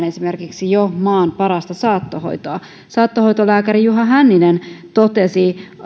esimerkiksi jo maan parasta saattohoitoa saattohoitolääkäri juha hänninen totesi